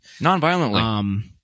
Non-violently